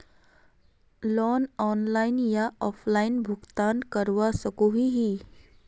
Loan online या offline भुगतान करवा सकोहो ही?